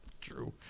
True